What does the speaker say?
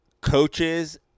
coaches